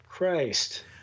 Christ